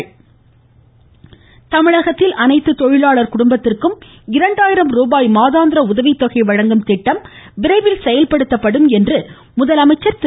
முதலமைச்சர் தமிழகத்தில் அனைத்து தொழிலாளர் குடும்பத்திற்கும் இரண்டாயிரம் ருபாய் வழங்கும் மாதந்திர உதவித்தொகை வழங்கும் திட்டம் விரைவில் செயல்படுத்தப்படும் என்று முதலமைச்சர் திரு